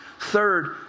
Third